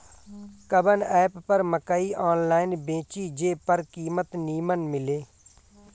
कवन एप पर मकई आनलाइन बेची जे पर कीमत नीमन मिले?